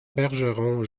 bergeron